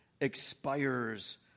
expires